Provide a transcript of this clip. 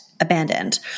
abandoned